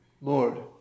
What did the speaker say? Lord